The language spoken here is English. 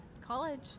College